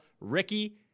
Ricky